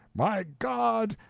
my god,